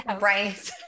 Right